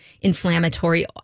inflammatory